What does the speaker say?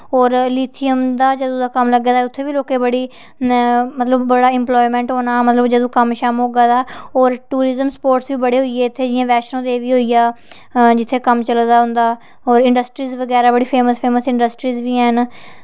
होर लिथियम दा जदूं दा कम्म लग्गे दा उत्थै बी लोकें बड़ी बड़ा इंप्लॉयमेंट होना ओह् जदूं कम्म होगा तां होर टुरीजम स्पॉट बी बड़े होइये इत्थै वैष्णो देवी होइया जित्थेै कम्म चला दा उंदा होर इंडस्ट्री बगैरा ओह् बड़ी बड़ी इंडस्ट्री बी हैन